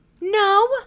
No